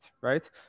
right